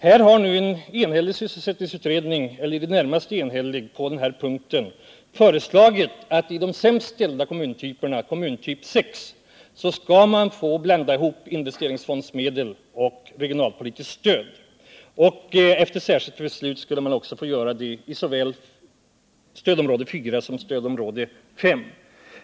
Här har nu en på denna punkt närmast enhällig sysselsättningsutredning föreslagit att i de sämst ställda kommuntyperna — kommuntyp 6 — skall man få blanda investeringsfondsmedel och regionalpolitiskt stöd. Efter särskilt beslut skall man också få göra det i såväl stödområde 4 som stödområde 5.